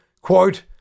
quote